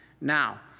now